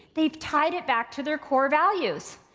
they've tied it back to their core values.